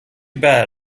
bad